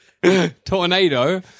Tornado